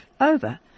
over